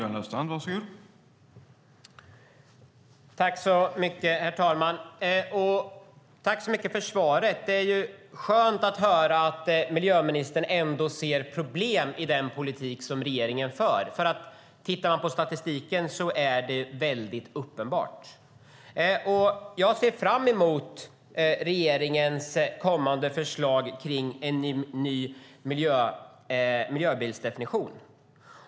Herr talman! Jag tackar för detta svar. Det är skönt att höra att miljöministern ändå ser problem i den politik som regeringen för. Tittar man på statistiken är det mycket uppenbart. Jag ser fram emot regeringens kommande förslag om en ny miljöbilsdefinition.